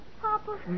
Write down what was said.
Papa